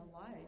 life